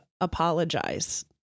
apologize